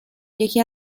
یکی